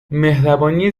مهربانی